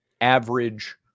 average